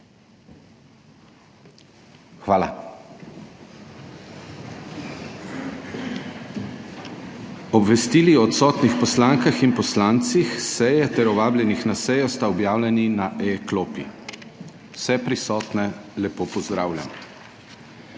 Hvala. Obvestili o odsotnih poslankah in poslancih s seje ter o vabljenih na sejo sta objavljeni na e-klopi. Vse prisotne lepo pozdravljam!